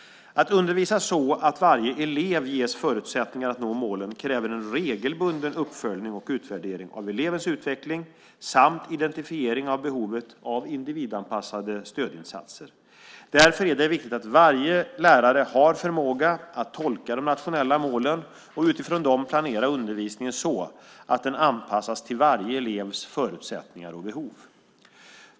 Att undervisa så att varje elev ges förutsättningar att nå målen kräver en regelbunden uppföljning och utvärdering av elevens utveckling samt identifiering av behovet av individanpassade stödinsatser. Därför är det viktigt att varje lärare har förmåga att tolka de nationella målen och utifrån dem planera undervisningen så att den anpassas till varje elevs förutsättningar och behov.